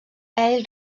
ell